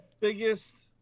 biggest